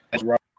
right